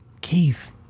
Keith